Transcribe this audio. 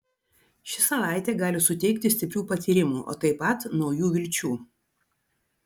ši savaitė gali suteikti stiprių patyrimų o taip pat naujų vilčių